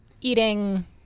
eating